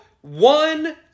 one